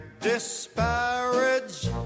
disparage